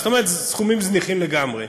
סכומים זניחים לגמרי.